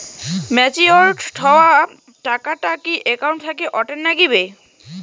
Matured হওয়া টাকাটা কি একাউন্ট থাকি অটের নাগিবে?